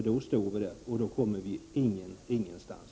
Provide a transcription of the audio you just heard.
Då skulle vi inte komma någonstans.